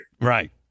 Right